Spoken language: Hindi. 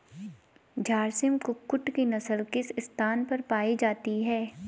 झारसिम कुक्कुट की नस्ल किस स्थान पर पाई जाती है?